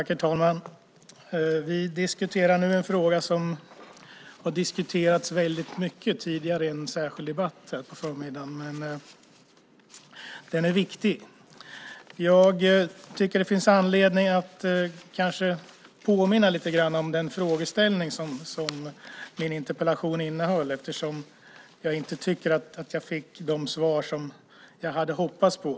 Herr talman! Vi diskuterar nu en fråga som har diskuterats väldigt mycket tidigare här på förmiddagen i en särskild debatt. Den är viktig. Jag tycker att det finns anledning att påminna lite grann om den frågeställning som min interpellation innehöll eftersom jag inte tycker att jag fick de svar som jag hade hoppats på.